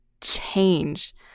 change